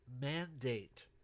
mandate